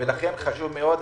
ולכן זה חשוב מאוד,